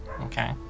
Okay